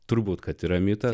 turbūt kad yra mitas